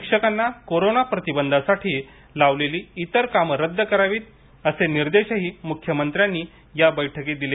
शिक्षकांना कोरोना प्रतिबंधासाठी लावलेली इतर काम रद्द करावीत असे निर्देशही मुख्यमंत्र्यांनी या बैठकीत दिले